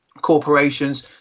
corporations